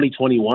2021